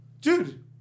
Dude